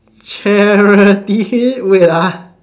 charity wait lah